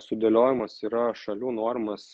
sudėliojamas yra šalių norimas